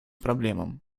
проблемам